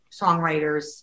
songwriters